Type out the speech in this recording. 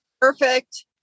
perfect